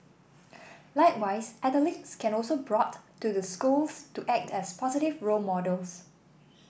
likewise athletes can also brought to the schools to act as positive role models